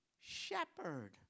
shepherd